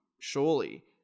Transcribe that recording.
surely